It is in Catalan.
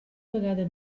vegada